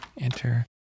Enter